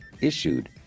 issued